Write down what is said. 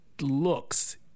looks